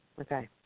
Okay